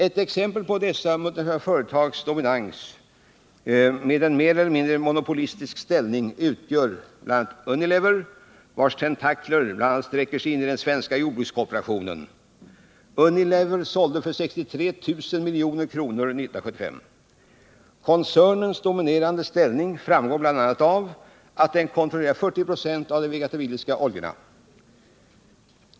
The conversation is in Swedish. Ett exempel på dessa multinationella företags dominans med en mer eller mindre monopolistisk ställning utgör bl.a. Unilever, vars tentakler bl.a. sträcker sig in i den svenska jordbrukskooperationen. Unilever sålde för 63 miljarder kronor 1975. Koncernens dominerande ställning framgår bl.a. av att den kontrollerar 40 96 av de vegetabiliska oljorna.